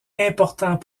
important